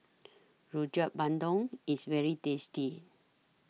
Rojak Bandung IS very tasty